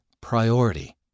priority